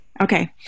Okay